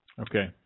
Okay